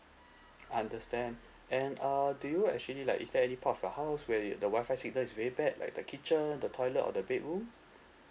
understand and uh do you actually like is there any part of your house where it the WI-FI signal is very bad like the kitchen the toilet or the bedroom